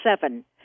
seven